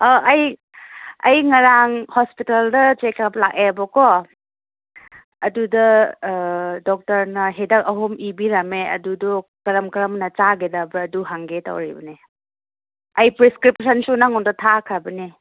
ꯑꯥ ꯑꯩ ꯑꯩ ꯉꯔꯥꯡ ꯍꯣꯁꯄꯤꯇꯥꯜꯗ ꯆꯦꯛꯑꯞ ꯂꯥꯛꯑꯦꯕꯀꯣ ꯑꯗꯨꯗ ꯗꯣꯛꯇꯔꯅ ꯍꯤꯗꯥꯛ ꯑꯍꯨꯝ ꯏꯕꯤꯔꯝꯃꯦ ꯑꯗꯨꯗꯣ ꯀꯔꯝ ꯀꯔꯝꯅ ꯆꯥꯒꯗꯕ ꯑꯗꯨ ꯍꯪꯒꯦ ꯇꯧꯔꯤꯕꯅꯦ ꯑꯩ ꯄ꯭ꯔꯦꯁꯀ꯭ꯔꯤꯞꯁꯟꯁꯨ ꯅꯉꯣꯟꯗ ꯊꯥꯈ꯭ꯔꯕꯅꯦ